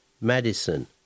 Madison